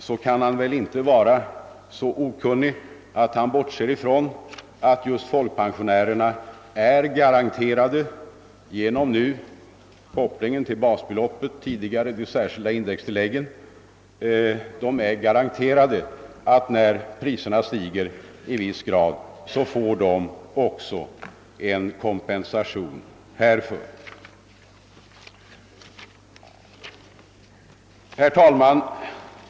Men han kan väl inte vara så okunnig, att han bortser ifrån att just folkpensionärerna är garanterade — nu genom kopplingen till basbeloppet, tidigare genom de särskilda indextilläggen — att när priserna stiger i viss grad får de också en kompensation härför. Herr talman!